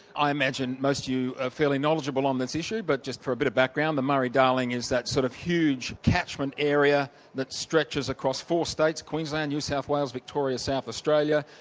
i imagine most of you are fairly knowledgeable on this issue. but just for a bit of background the murray darling is that sort of huge catchment area that stretches across four states queensland, new south wales, victoria, south australia.